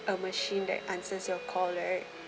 a machine that answers your call right